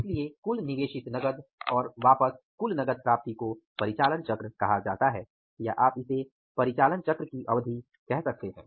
इसलिए कुल निवेशित नकद और वापस कुल नकद प्राप्ति को परिचालन चक्र कहा जाता है या आप इसे परिचालन चक्र की अवधि कह सकते हैं